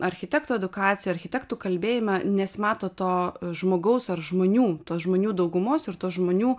architekto edukacijoj architektų kalbėjime nesimato to žmogaus ar žmonių tos žmonių daugumos ir tos žmonių